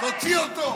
תוציא אותו.